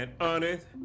honest